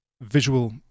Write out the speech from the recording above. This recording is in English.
visual